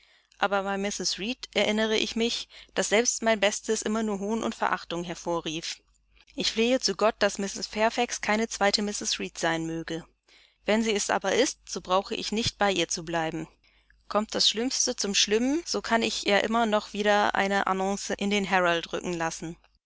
aber bei mrs reed erinnere ich mich daß selbst mein bestes immer nur hohn und verachtung hervorrief ich flehe zu gott daß mrs fairfax keine zweite mrs reed sein möge wenn sie es aber ist so brauche ich nicht bei ihr zu bleiben kommt das schlimmste zum schlimmen so kann ich ja immer noch wieder eine annonce in den herald rücken lassen